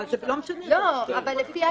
אם הוא